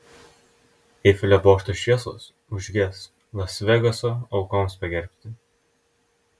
eifelio bokšto šviesos užges las vegaso aukoms pagerbti